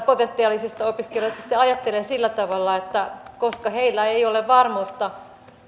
potentiaalisista opiskelijoista sitten ajattelee sillä tavalla että koska heillä ei ole varmuutta